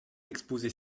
l’exposé